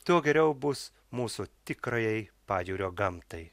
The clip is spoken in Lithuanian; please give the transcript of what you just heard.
tuo geriau bus mūsų tikrajai pajūrio gamtai